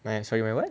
my sorry what